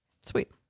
sweet